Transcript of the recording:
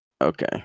Okay